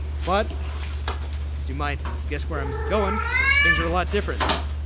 but as you might guess where i'm going things are a lot different now.